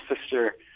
sister